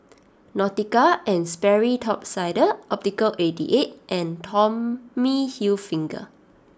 Nautica and Sperry Top Sider Optical Eighty Eight and Tommy Hilfiger